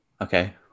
Okay